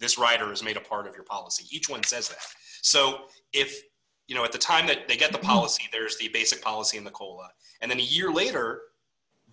this writer is made a part of your policy each one says so if you know at the time that they get the policy there's the basic policy in the cola and then a year later